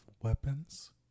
weapons